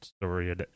story